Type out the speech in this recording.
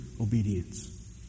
obedience